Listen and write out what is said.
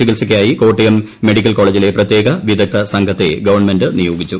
ചികിത്സയ്ക്കായി കോട്ടയം മെഡിക്കൽ കോളേജിലെ പ്രത്യേക വിദഗ്ദ്ധ സംഘത്തെ ഗവൺമെന്റ് നിയോഗിച്ചു